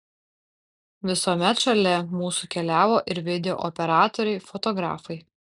visuomet šalia mūsų keliavo ir video operatoriai fotografai